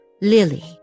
Lily